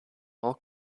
all